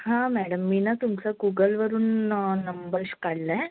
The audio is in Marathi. हां मॅडम मी ना तुमचं गूगलवरून न नंबश काढला आहे